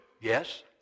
Yes